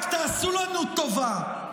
רק תעשו לנו טובה,